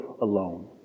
alone